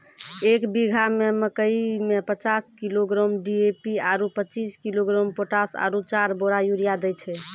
एक बीघा मे मकई मे पचास किलोग्राम डी.ए.पी आरु पचीस किलोग्राम पोटास आरु चार बोरा यूरिया दैय छैय?